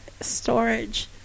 storage